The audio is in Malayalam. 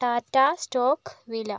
ടാറ്റ സ്റ്റോക്ക് വില